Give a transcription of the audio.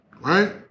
right